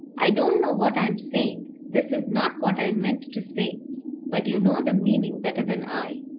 i don't know what i am saying. this is not what i meant to say but you know the meaning better than i.